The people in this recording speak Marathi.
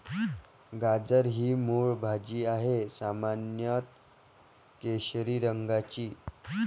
गाजर ही मूळ भाजी आहे, सामान्यत केशरी रंगाची